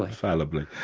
like fallibly.